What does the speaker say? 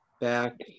back